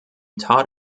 taught